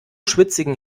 schwitzigen